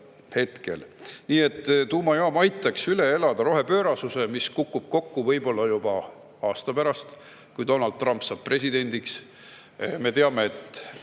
võtta. Tuumajaam aitaks üle elada rohepöörasuse, mis kukub võib-olla kokku juba aasta pärast, kui Donald Trump saab presidendiks. Me teame, et